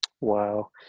Wow